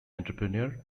entrepreneur